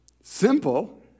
Simple